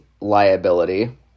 liability